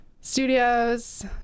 studios